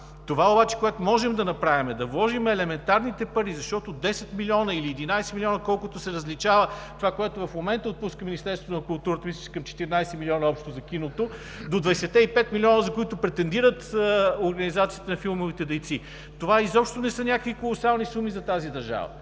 Това обаче, което можем да направим, е да вложим елементарните пари, защото 10 милиона или 11 милиона, колкото се различава това, което в момента отпуска Министерството на културата, мисля, че към 14 милиона общо за киното, до 25-те милиона, за които претендират организациите на филмовите дейци, това изобщо не са някакви колосални суми за тази държава.